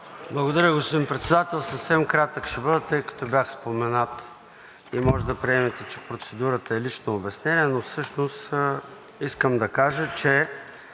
Благодаря, господин Председател. Съвсем кратък ще бъда, тъй като бях споменат и може да приемете, че процедурата е лично обяснение. Но всъщност искам да кажа, че